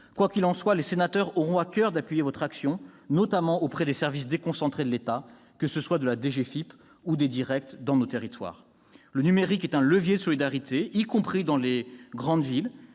Quoi qu'il en soit, les sénateurs auront à coeur d'appuyer votre action, notamment auprès des services déconcentrés de l'État, que ce soit la DGFiP ou les DIRECCTE, dans nos territoires. Le numérique est un levier de solidarité, y compris dans les grandes villes.